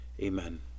Amen